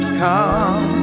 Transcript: come